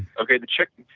okay, the chicken,